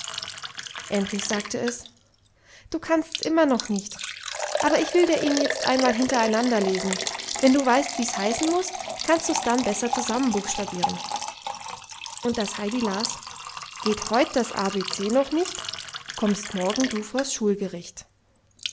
endlich sagte es du kannst's immer noch nicht aber ich will dir ihn jetzt einmal hintereinander lesen wenn du weißt wie's heißen muß kannst du's dann besser zusammenbuchstabieren und das heidi las geht heut das a b c noch nicht kommst morgen du vors schulgericht